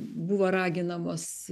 buvo raginamos